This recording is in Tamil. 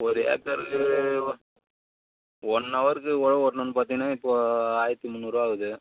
ஒரு ஏக்கருக்கு ஒன் ஒன் ஹவருக்கு உழவு ஓட்டணுன்னு பார்த்தீங்கன்னா இப்போது ஆயிரத்து முந்நூறுரூவா ஆகுது